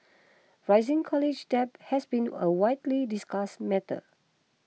rising college debt has been a widely discussed matter